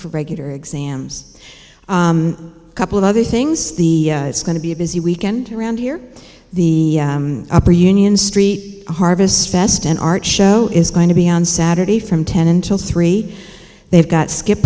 for regular exams a couple of other things the it's going to be a busy weekend around here the union street harvest fest and art show is going to be on saturday from ten until three they've got skip